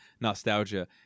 nostalgia